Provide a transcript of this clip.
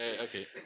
Okay